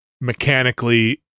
mechanically